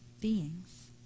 beings